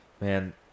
Man